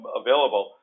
available